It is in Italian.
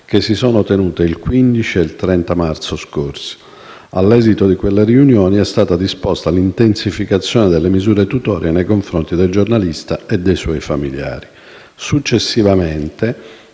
interforze tenutesi il 15 e il 30 marzo scorsi, all'esito delle quali è stata disposta l'intensificazione delle misure tutorie nei confronti del giornalista e dei suoi familiari. Successivamente,